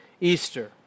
Easter